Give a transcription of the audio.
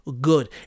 good